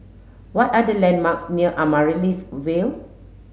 what are the landmarks near Amaryllis Ville